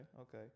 okay